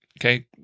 okay